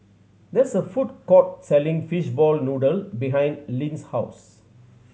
there's a food court selling fishball noodle behind Linn's house